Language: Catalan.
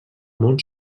món